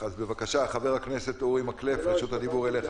חבר הכנסת אורי מקלב, בבקשה, רשות הדיבור שלך.